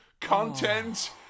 content